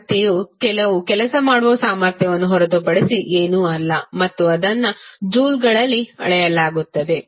ಶಕ್ತಿಯು ಕೆಲವು ಕೆಲಸ ಮಾಡುವ ಸಾಮರ್ಥ್ಯವನ್ನು ಹೊರತುಪಡಿಸಿ ಏನೂ ಅಲ್ಲ ಮತ್ತು ಅದನ್ನು ಜೂಲ್ಗಳಲ್ಲಿ ಅಳೆಯಲಾಗುತ್ತದೆ